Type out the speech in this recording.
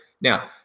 now